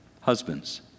Husbands